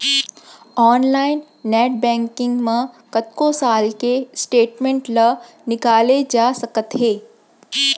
online net banking म कतको साल के स्टेटमेंट ल निकाले जा सकत हे